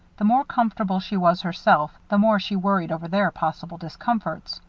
the more comfortable she was herself, the more she worried over their possible discomforts.